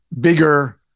bigger